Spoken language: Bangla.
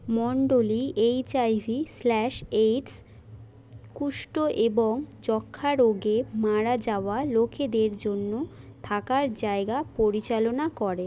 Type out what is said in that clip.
মণ্ডলী H I V slash AIDS কুষ্ঠ এবং যক্ষ্মা রোগে মারা যাওয়া লোকেদের জন্য থাকার জায়গা পরিচালনা করে